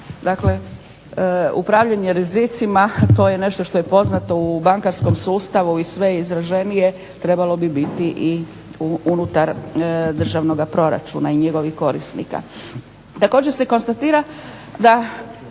dakle upravljanje rizicima, a to je nešto što je poznato u bankarskom sustavu i sve je izraženije. Trebalo bi biti i unutar državnoga proračuna i njegovih korisnika. Također se konstatira da